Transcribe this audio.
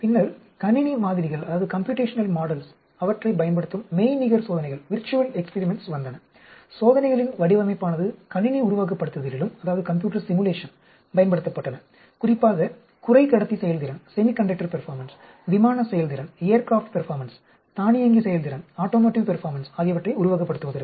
பின்னர் கணினி மாதிரிகளைப் பயன்படுத்தும் மெய்நிகர் சோதனைகள் வந்தன சோதனைகளின் வடிவமைப்பானது கணினி உருவகப்படுத்துதலிலும் பயன்படுத்தப்பட்டன குறிப்பாக குறைக்கடத்தி செயல்திறன் விமான செயல்திறன் தானியங்கி செயல்திறன் ஆகியவற்றை உருவகப்படுத்துவதற்கு